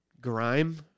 grime